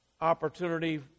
opportunity